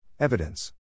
Evidence